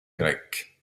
grecque